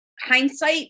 Hindsight